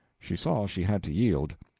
she saw she had to yield.